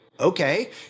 okay